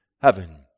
heaven